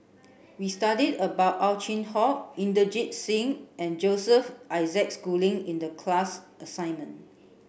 we studied about Ow Chin Hock Inderjit Singh and Joseph Isaac Schooling in the class assignment